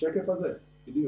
השקף הזה בדיוק.